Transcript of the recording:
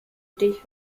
dich